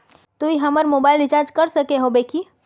तू हमर mobile recharge कर सके होबे की?